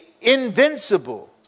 invincible